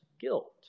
guilt